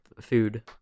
food